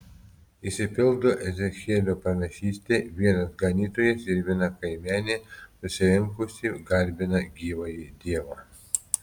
išsipildo ezechielio pranašystė vienas ganytojas ir viena kaimenė susirinkusi garbina gyvąjį dievą